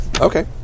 okay